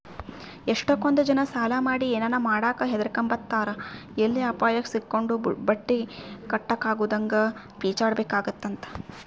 ಎಷ್ಟಕೊಂದ್ ಜನ ಸಾಲ ಮಾಡಿ ಏನನ ಮಾಡಾಕ ಹದಿರ್ಕೆಂಬ್ತಾರ ಎಲ್ಲಿ ಅಪಾಯುಕ್ ಸಿಕ್ಕಂಡು ಬಟ್ಟಿ ಕಟ್ಟಕಾಗುದಂಗ ಪೇಚಾಡ್ಬೇಕಾತ್ತಂತ